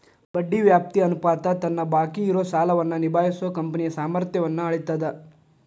ಬಡ್ಡಿ ವ್ಯಾಪ್ತಿ ಅನುಪಾತ ತನ್ನ ಬಾಕಿ ಇರೋ ಸಾಲವನ್ನ ನಿಭಾಯಿಸೋ ಕಂಪನಿಯ ಸಾಮರ್ಥ್ಯನ್ನ ಅಳೇತದ್